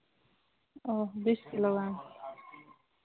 ᱚ ᱵᱤᱥ ᱠᱤᱞᱳ ᱜᱟᱱ